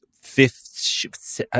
fifth